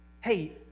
Hey